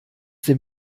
dem